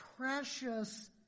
precious